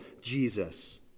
Jesus